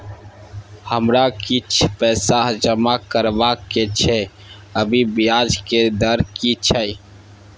हमरा किछ पैसा जमा करबा के छै, अभी ब्याज के दर की छै?